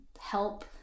help